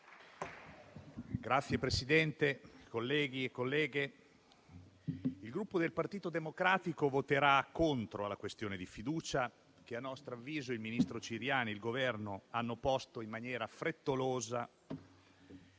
Signora Presidente, colleghi e colleghe, il Gruppo Partito Democratico voterà contro la questione di fiducia, che a nostro avviso il ministro Ciriani e il Governo hanno posto in maniera frettolosa